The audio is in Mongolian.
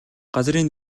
газрын